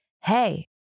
hey